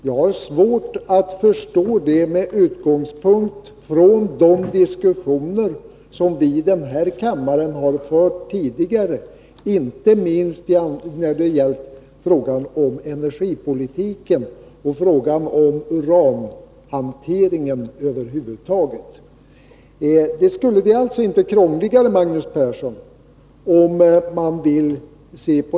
Jag har svårt att förstå det med utgångspunkt i de diskussioner som vi i den här kammaren har fört tidigare, inte minst när det gällt frågan om energipolitiken och frågan om uranhanteringen över huvud taget. Det blir alltså inte krångligare, Magnus Persson.